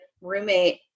roommate